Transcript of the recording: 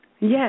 yes